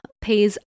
pays